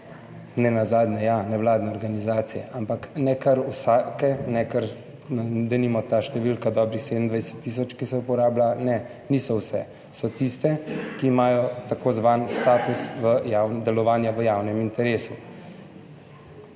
nenazadnje ja, nevladne organizacije. Ampak ne kar vsake, ker denimo ta številka, dobrih 27 tisoč, ki se uporablja. Niso, vse so tiste, ki imajo tako zvan status delovanja v javnem interesu